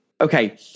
Okay